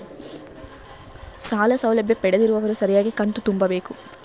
ಸಾಲ ಸೌಲಭ್ಯ ಪಡೆದಿರುವವರು ಸರಿಯಾಗಿ ಕಂತು ತುಂಬಬೇಕು?